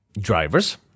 Drivers